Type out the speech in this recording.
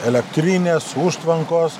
elektrinės užtvankos